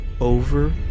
over